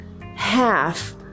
half